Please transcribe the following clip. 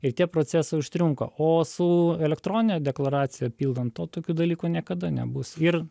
ir tie procesai užtrunka o su elektronine deklaracija pildan to tokių dalykų niekada nebus ir